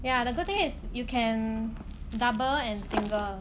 yeah the good thing is you can double and single